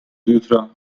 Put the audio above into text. jutra